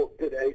today